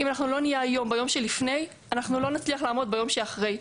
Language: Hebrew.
אם אנחנו לא נהיה היום ביום שלפני אנחנו לא נצליח לעמוד ביום שאחרי.